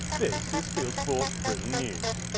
this is fieldsports britain news.